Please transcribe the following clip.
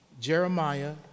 Jeremiah